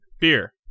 Beer